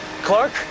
Clark